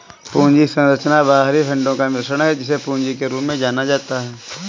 पूंजी संरचना बाहरी फंडों का मिश्रण है, जिसे पूंजी के रूप में जाना जाता है